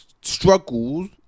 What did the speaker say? struggles